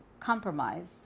compromised